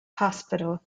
hospital